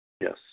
Yes